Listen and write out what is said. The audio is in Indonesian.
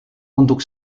untuk